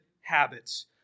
habits